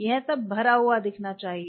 यह सब भरा हुआ दिखना चाहिए